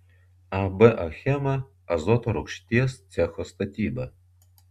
ab achema azoto rūgšties cecho statyba